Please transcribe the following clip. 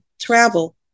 travel